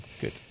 good